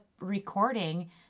recording